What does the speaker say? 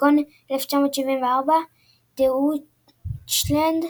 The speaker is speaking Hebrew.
כגון "1974 – Deutchland"